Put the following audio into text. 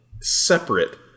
separate